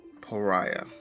Pariah